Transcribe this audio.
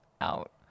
out